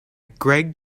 greg